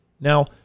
Now